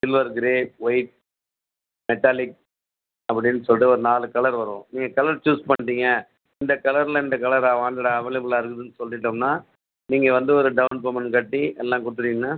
silver grey white metallic அப்படின்னு சொல்லிட்டு ஒரு நாலு கலர் வரும் நீங்கள் கலர் சூஸ் பண்ணிட்டீங்க இந்தக் கலரில் இந்தக் கலராக வாண்டடாக அவைலபிளாக இருந்ததுன்னு சொல்லிவிட்டோம்னா நீங்கள் வந்து ஒரு டவுன் பேமெண்ட் கட்டி எல்லா கொடுத்துட்டீங்கன்னா